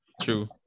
True